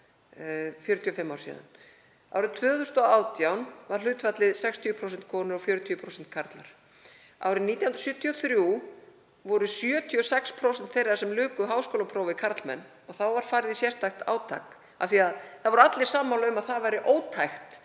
Árið 2018 var hlutfallið 60% konur og 40% karlar. Árið 1973 voru 76% þeirra sem luku háskólaprófi karlmenn og þá var farið í sérstakt átak af því að allir voru sammála um að ótækt